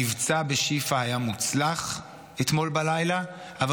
המבצע בשיפא אתמול בלילה היה מוצלח,